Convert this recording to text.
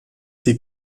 die